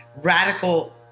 radical